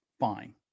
fine